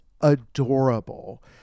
adorable